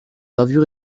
gravure